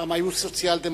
שפעם היו סוציאל-דמוקרטים,